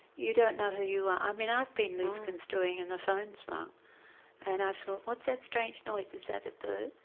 you don't know who you are. i mean i've been loose-construing and the phone's rung and i've thought, what's that strange noise, is that a bird?